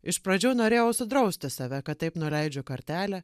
iš pradžių norėjau sudrausti save kad taip nuleidžiu kartelę